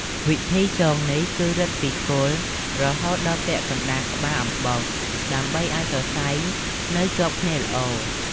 វិធីចងនេះគឺ រឹតពីគល់រហូតដល់ពាក់កណ្ដាលក្បាលអំបោស ដើម្បីឲ្យសរសៃនៅជាប់គ្នាល្អ។